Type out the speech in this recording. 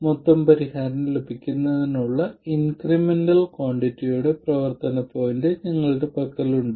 മൊത്തം പരിഹാരം ലഭിക്കുന്നതിനുള്ള ഇൻക്രിമെന്റൽ ക്വാണ്ടിറ്റിയുടെ പ്രവർത്തന പോയിന്റ് ഞങ്ങളുടെ പക്കലുണ്ട്